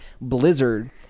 blizzard